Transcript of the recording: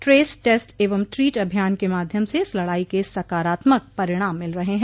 trace test एवं treat अभियान के माध्यम से इस लड़ाई के सकारात्मक परिणाम मिल रहे हैं